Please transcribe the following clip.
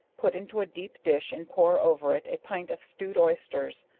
put into a deep dish and pour over it a pint of stewed oysters,